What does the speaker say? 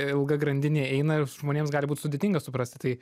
ilga grandinė eina ir žmonėms gali būt sudėtinga suprasti tai